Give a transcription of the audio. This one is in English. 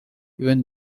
even